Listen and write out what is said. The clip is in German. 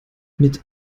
mit